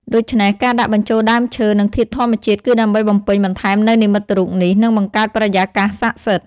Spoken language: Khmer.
ដូច្នេះ ការដាក់បញ្ចូលដើមឈើ និងធាតុធម្មជាតិ គឺដើម្បីបំពេញបន្ថែមនូវនិមិត្តរូបនេះ និងបង្កើតបរិយាកាសស័ក្តិសិទ្ធិ។